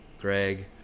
Greg